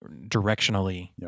directionally